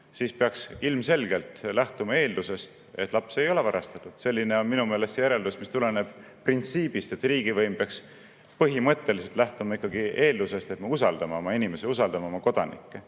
siis peaks ilmselgelt lähtuma eeldusest, et laps ei ole varastatud. Selline on minu meelest järeldus, mis tuleneb printsiibist, et riigivõim peaks põhimõtteliselt lähtuma ikkagi eeldusest, et me usaldame oma inimesi, usaldame oma kodanikke